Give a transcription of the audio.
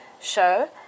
show